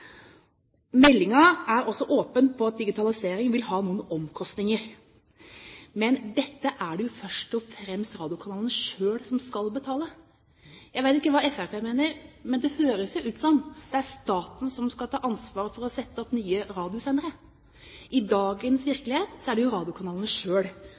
er også åpen på at digitalisering vil ha noen omkostninger, men dette er det jo først og fremst radiokanalene selv som skal betale. Jeg vet ikke hva Fremskrittspartiet mener, men det høres jo ut som om det er staten som skal ta ansvar for å sette opp nye radiosendere. I dagens